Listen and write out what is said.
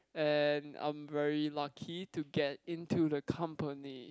and I'm very lucky to get into the company